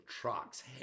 trucks